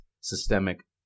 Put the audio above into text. systemic